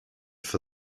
for